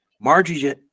Margie